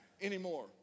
anymore